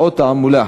והרווחה.